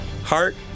heart